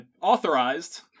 authorized